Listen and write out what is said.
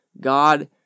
God